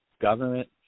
government